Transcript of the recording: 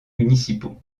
municipaux